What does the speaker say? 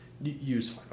use